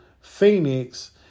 Phoenix